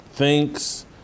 thinks